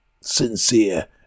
sincere